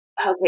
Okay